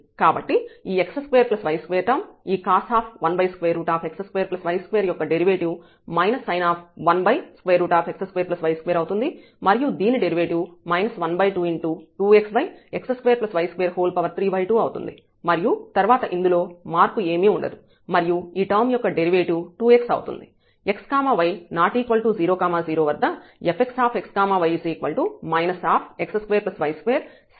కాబట్టి ఈ x2y2 term ఈ cos 1x2y2 యొక్క డెరివేటివ్ sin 1x2y2 అవుతుంది మరియు దీని డెరివేటివ్ 122xx2y232 అవుతుంది మరియు తర్వాత ఇందులో మార్పు ఏమీ ఉండదు మరియు ఈ టర్మ్ యొక్క డెరివేటివ్ 2x అవుతుంది